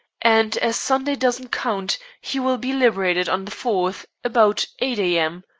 and as sunday doesn't count, he will be liberated on the fourth, about eight a m.